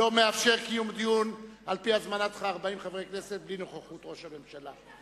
לא מאפשר קיום דיון על-פי הזמנת 40 מחברי הכנסת בלי נוכחות ראש הממשלה,